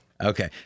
Okay